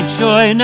joy